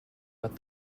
but